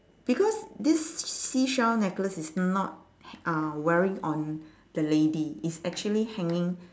because this seashell necklace is not uh wearing on the lady it's actually hanging